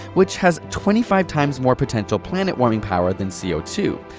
which has twenty five times more potential planet-warming power than c o two.